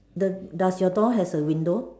the does your door has a window